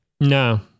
No